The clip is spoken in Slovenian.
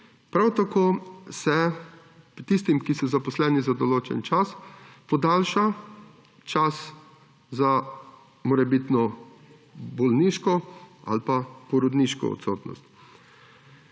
Prav tako se tistim, ki so zaposleni za določen čas, podaljša čas za morebitno bolniško ali pa porodniško odsotnost.